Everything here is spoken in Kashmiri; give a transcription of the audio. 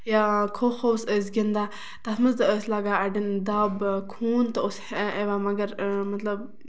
یا کھوکھوس ٲسۍ گِندان تَتھ منٛز تہِ ٲسۍ لَگان اَڈین دَب خوٗن تہِ اوس یِوان مطلب مَگر